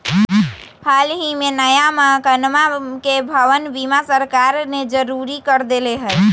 हल ही में नया मकनवा के भवन बीमा सरकार ने जरुरी कर देले है